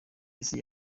isi